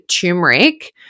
turmeric